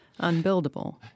unbuildable